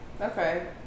Okay